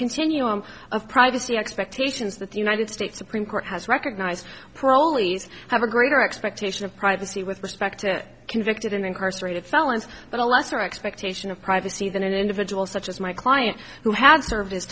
continuum of privacy expectations that the united states supreme court has recognized parolees have a greater expectation of privacy with respect to convicted incarcerated felons but a lesser expectation of privacy than an individual such as my client who has served